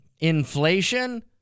Inflation